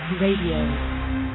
Radio